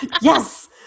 Yes